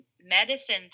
medicine